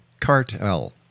Cartel